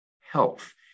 health